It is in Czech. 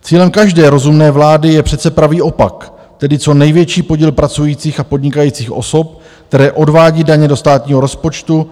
Cílem každé rozumné vlády je přece pravý opak, tedy co největší podíl pracujících a podnikajících osob, které odvádí daně do státního rozpočtu.